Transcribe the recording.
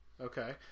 Okay